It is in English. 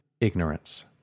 ignorance